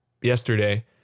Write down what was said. yesterday